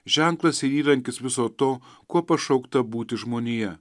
ženklas ir įrankis viso to kuo pašaukta būti žmonija